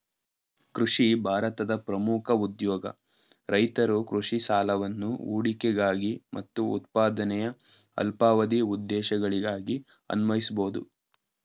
ಕೃಷಿ ಭಾರತದ ಪ್ರಮುಖ ಉದ್ಯೋಗ ರೈತರು ಕೃಷಿ ಸಾಲವನ್ನು ಹೂಡಿಕೆಗಾಗಿ ಮತ್ತು ಉತ್ಪಾದನೆಯ ಅಲ್ಪಾವಧಿ ಉದ್ದೇಶಗಳಿಗಾಗಿ ಅನ್ವಯಿಸ್ಬೋದು